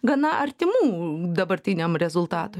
gana artimų dabartiniam rezultatui